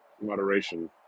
moderation